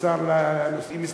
לשר לנושאים אסטרטגיים?